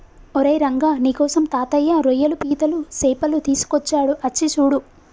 ఓరై రంగ నీకోసం తాతయ్య రోయ్యలు పీతలు సేపలు తీసుకొచ్చాడు అచ్చి సూడు